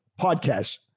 podcast